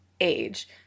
age